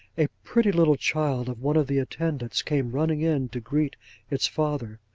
a pretty little child of one of the attendants came running in to greet its father.